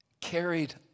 Carried